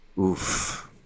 Oof